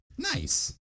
Nice